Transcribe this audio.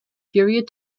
period